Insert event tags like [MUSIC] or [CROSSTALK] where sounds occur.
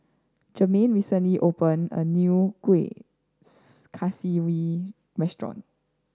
Germaine recently open a new kuih [HESITATION] kaswi restaurant